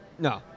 No